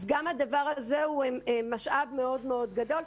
אז גם הדבר הזה הוא משאב מאוד גדול,